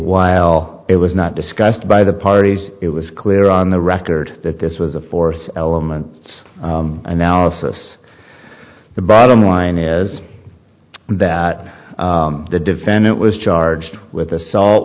while it was not discussed by the parties it was clear on the record that this was a fourth element analysis the bottom line is that the defendant was charged with assault